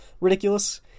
ridiculous